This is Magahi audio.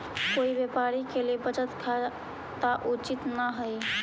कोई व्यापारी के लिए बचत खाता उचित न हइ